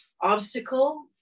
obstacle